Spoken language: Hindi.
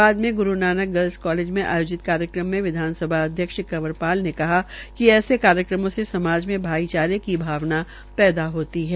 बाद में गुरू नानक गर्ल्स कालेज में आयोजित कार्यक्रम में विधानसभा अध्यक्ष कंवर पाल ने कहा कि ऐसे कार्यक्रमो से समाज में भाईचारे की भावना पैदा होती है